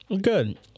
Good